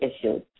issues